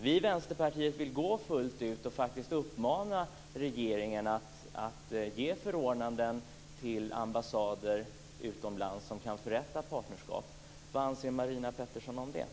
Vi i Vänsterpartiet vill gå fullt ut och uppmanar regeringen att ge förordnanden till ambassader utomlands så att de kan förrätta partnerskap. Vad anser Marina Pettersson om detta?